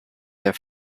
der